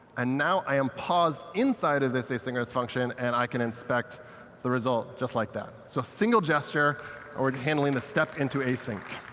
and now i am paused inside of this asynchronous function. and i can inspect the result just like that. so single gesture or handling the step into async.